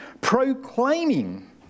proclaiming